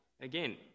again